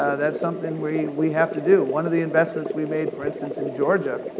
that's something we we have to do. one of the investments we made, for instance, in georgia,